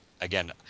again